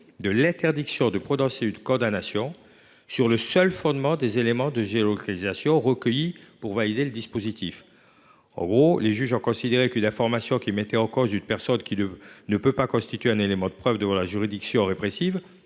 de l’interdiction de prononcer une condamnation sur le seul fondement des éléments de géolocalisation recueillis. Les juges ont ainsi considéré qu’une information mettant en cause une personne ne peut pas constituer un élément de preuve devant la juridiction répressive